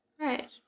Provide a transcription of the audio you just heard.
Right